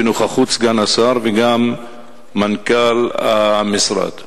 בנוכחות סגן השר וגם מנכ"ל המשרד.